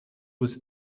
was